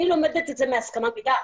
אני לומדת את זה מהסכמה מדעת,